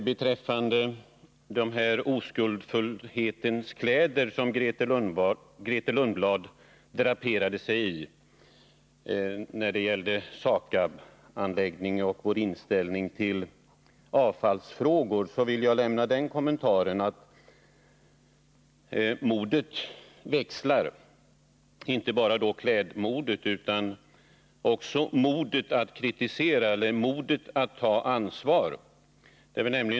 Beträffande de oskuldsfullhetens kläder som Grethe Lundblad draperade sig i när det gällde SAKAB-anläggningen och vår inställning till avfallsfrågor vill jag lämna den kommentaren att modet växlar —-inte bara klädmodet utan också modet att kritisera och modet att ta ansvar.